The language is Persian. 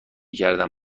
کردن